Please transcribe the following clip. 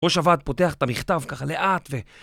ראש הועד פותח את המכתב ככה לאט ו...